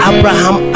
Abraham